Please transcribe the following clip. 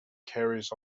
carries